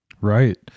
Right